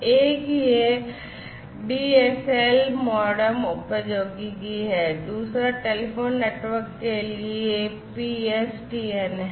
एक यह DSL modem प्रौद्योगिकी है और दूसरा टेलीफोन नेटवर्क के लिए PSTN है